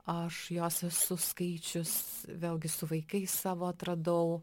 aš jos visus skaičius vėlgi su vaikais savo atradau